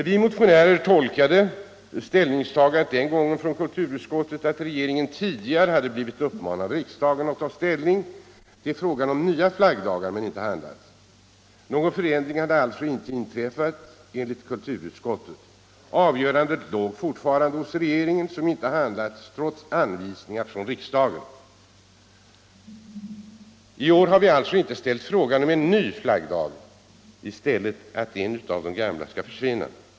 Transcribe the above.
Vi motionärer tolkade kulturutskottets ställningstagande den gången så att regeringen tidigare hade blivit uppmanad av riksdagen att ta ställning till frågan om nya flaggdagar men inte hade handlat. Någon förändring hade alltså inte inträffat enligt kulturutskottet. Avgörandet låg fortfarande hos regeringen, som inte hade handlat trots anvisningar från riksdagen. I år har vi inte rest frågan om en ny flaggdag utan bara hemställt om att en av de gamla flaggdagarna skall försvinna.